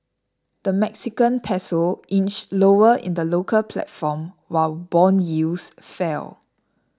the Mexican Peso inched lower in the local platform while bond yields fell